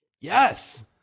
Yes